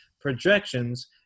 projections